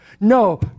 No